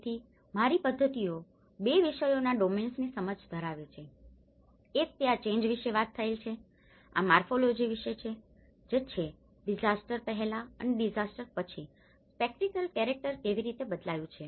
તેથી મારી પદ્ધતિઓ બે વિષયોના ડોમેન્સની સમજ ધરાવે છે એક તે આ ચેન્જ વિશે વાત થયેલ છે જે આ મોર્ફોલોજી વિશે છે જે છે ડીઝાસ્ટર પહેલાં અને ડીઝાસ્ટર પછી સ્પેટીકલ કેરેક્ટર કેવી રીતે બદલાયું છે